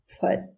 put